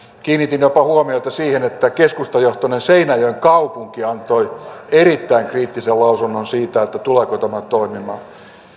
kiinnitin huomiota siihen että jopa keskustajohtoinen seinäjoen kaupunki antoi erittäin kriittisen lausunnon siitä että tuleeko tämä toimimaan